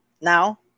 Now –